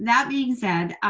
that being said,